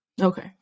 Okay